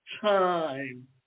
time